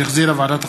שהחזירה ועדת החוקה,